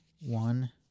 one